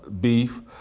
beef